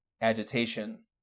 agitation